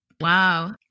Wow